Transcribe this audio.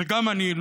וגם אני,